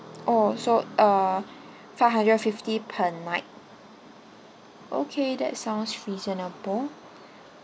oh so uh five hundred and fifty per night okay that sounds reasonable